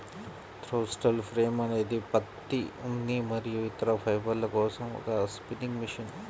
throstle frame అనేది పత్తి, ఉన్ని మరియు ఇతర ఫైబర్ల కోసం ఒక స్పిన్నింగ్ మెషిన్